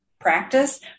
practice